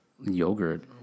yogurt